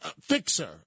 fixer